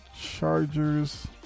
Chargers